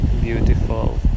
beautiful